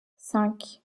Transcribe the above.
cinq